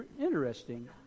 interesting